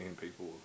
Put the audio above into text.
people